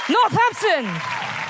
Northampton